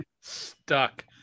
Stuck